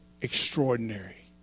extraordinary